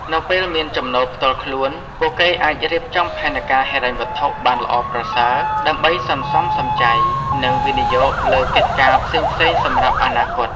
នៅពេលមានចំណូលផ្ទាល់ខ្លួន ពួកគេអាចរៀបចំផែនការហិរញ្ញវត្ថុបានល្អប្រសើរ ដើម្បីសន្សំសំចៃ និងវិនិយោគលើកិច្ចការផ្សេងៗសម្រាប់អនាគត។